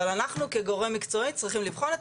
אבל אנחנו כגורם מקצועי צריכים לבחון את